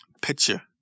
picture